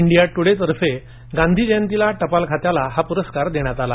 India ट्रडे तर्फे गांधी जयंतीला टपाल खात्याला हा पुरस्कार देण्यात आला